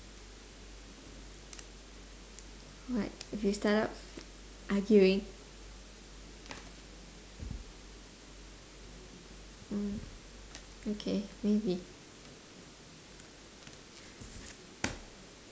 what if you start up arguing mm okay maybe